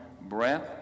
breath